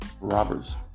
robbers